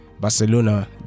Barcelona